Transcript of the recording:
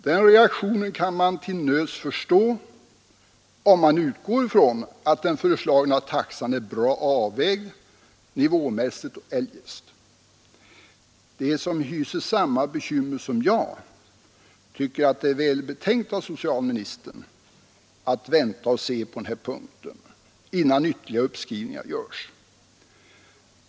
Den reaktionen kan man till nöds förstå, om man utgår ifrån att den föreslagna taxan är bra avvägd nivåmässigt och eljest. De som hyser samma bekymmer som jag tycker att det är välbetänkt av socialministern att vänta och se på den här punkten innan ytterligare uppskrivningar görs.